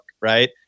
right